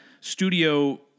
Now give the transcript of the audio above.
studio